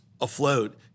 afloat